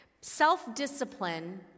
Self-discipline